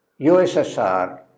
USSR